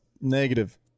negative